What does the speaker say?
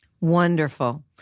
Wonderful